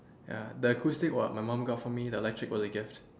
ya the acoustic what my mum bought for me the electric was a gift